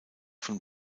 von